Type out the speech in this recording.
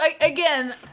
again